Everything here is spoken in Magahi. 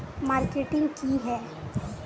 मार्केटिंग की है?